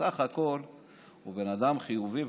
בסך הכול הוא בן אדם חיובי,